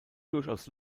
durchaus